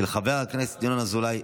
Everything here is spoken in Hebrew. התשפ"ב 2022,